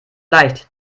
leicht